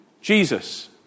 Jesus